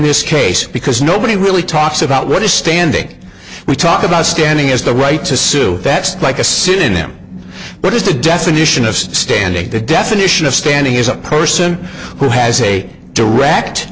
this case because nobody really talks about what is standing we talk about standing as the right to sue that's like a synonym but is the definition of standing the definition of standing is a person who has a direct